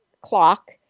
clock